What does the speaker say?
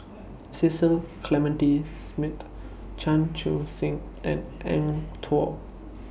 Cecil Clementi Smith Chan Chun Sing and Eng Tow